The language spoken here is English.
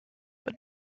but